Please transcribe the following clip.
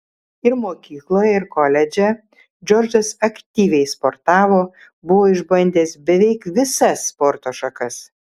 ir mokykloje ir koledže džordžas aktyviai sportavo buvo išbandęs beveik visas sporto šakas